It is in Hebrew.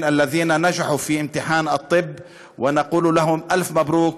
שהצליחו במבחן הרפואה ואומרים להם: אלף מזל טוב,